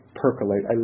percolate